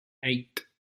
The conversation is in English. eight